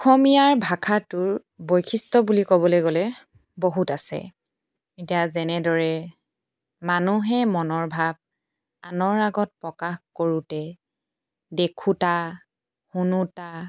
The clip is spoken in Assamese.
অসমীয়াৰ ভাষাটোৰ বৈশিষ্ট্য় বুলি ক'বলৈ গ'লে বহুত আছে এতিয়া যেনেদৰে মানুহে মনৰ ভাৱ আনৰ আগত প্ৰকাশ কৰোঁতে দেখোঁতা শুনোতা